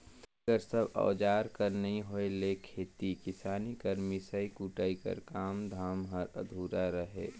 बिगर सब अउजार कर नी होए ले खेती किसानी कर मिसई कुटई कर काम धाम हर अधुरा रहें